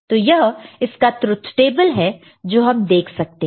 तो यह इसका ट्रुथ टेबल है जो हम देख सकते हैं